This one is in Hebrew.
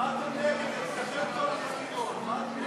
את הצעת חוק לתיקון פקודת הראיות (דרישת